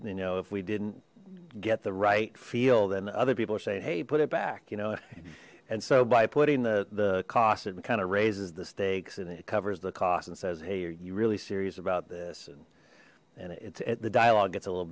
you know if we didn't get the right field and other people are saying hey put it back you know and so by putting the the cost it kind of raises the stakes and it covers the cost and says hey you're you really serious about this and it's it the dialogue gets a little